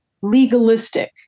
legalistic